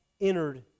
entered